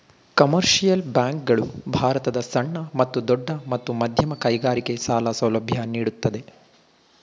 commercial bank ಗಳು ಭಾರತದ ಸಣ್ಣ ಮತ್ತು ದೊಡ್ಡ ಮತ್ತು ಮಧ್ಯಮ ಕೈಗಾರಿಕೆ ಸಾಲ ಸೌಲಭ್ಯ ನೀಡುತ್ತದೆ